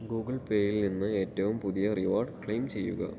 Google പേയിൽ നിന്ന് ഏറ്റവും പുതിയ റിവാർഡ് ക്ലെയിം ചെയ്യുക